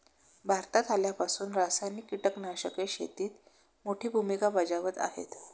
भारतात आल्यापासून रासायनिक कीटकनाशके शेतीत मोठी भूमिका बजावत आहेत